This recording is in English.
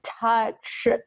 touch